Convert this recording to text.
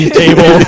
table